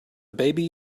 baby